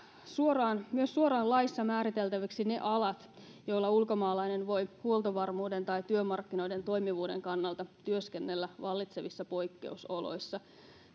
myös suoraan laissa määriteltäväksi ne alat joilla ulkomaalainen voi huoltovarmuuden tai työmarkkinoiden toimivuuden kannalta työskennellä vallitsevissa poikkeusoloissa